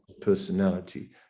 personality